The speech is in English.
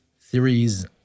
theories